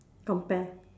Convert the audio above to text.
compare